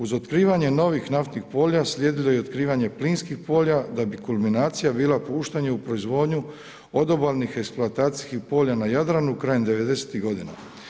Uz otkrivanje novih naftnih polja, slijedilo je i otkrivanje plinskih polja da bi kulminacija bila puštanje u proizvodnju odobalnih eksploatacijskih polja na Jadranu krajem 90-ih godina.